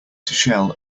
shell